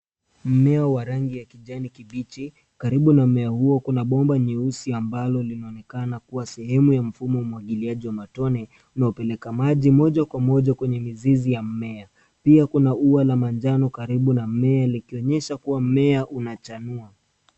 Mmea wa rangi ya kijani kibichi, karibu na mmea huo kuna bomba nyeusi ambalo linaonekana kuwa sehemu ya mfumo wa umwagiliaji wa matone na hupeleka maji moja kwa moja kwenye mizizi ya mimea. Pia kuna ua la manjano karibu na mmea likionyesha kuwa mmea linachanua.